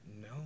No